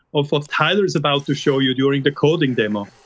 of what tyler is about to show you during the coding demo.